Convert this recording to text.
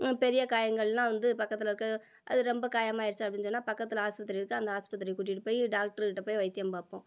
பெரிய காயங்கள்லாம் வந்து பக்கத்தில் இருக்க அது ரொம்ப காயமாயிடுச்சு அப்படின்னு சொன்னால் பக்கத்தில் ஹாஸ்பத்திரி இருக்குது அந்த ஹாஸ்பத்திரிக்கு கூட்டிட்டுப்போய் டாக்டருகிட்டப்போய் வைத்தியம் பார்ப்போம்